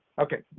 okay.